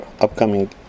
upcoming